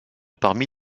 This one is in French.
parmi